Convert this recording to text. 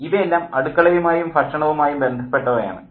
ഇവയെല്ലാം അടുക്കളയുമായും ഭക്ഷണവുമായും ബന്ധപ്പെട്ടവ ആണ്